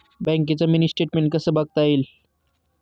बँकेचं mini statement कसं बघता येईल?